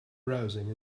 browsing